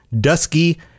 dusky